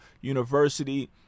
University